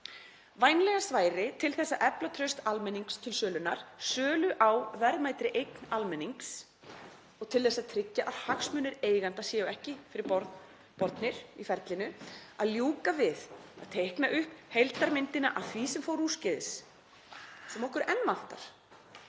Vænlegast væri, til að efla traust almennings til sölunnar, sölu á verðmætri eign almennings, og til að tryggja að hagsmunir eiganda séu ekki fyrir borð bornir í ferlinu, er að ljúka við að teikna upp heildarmyndina af því sem fór úrskeiðis, sem okkur vantar